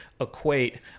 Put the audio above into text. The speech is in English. equate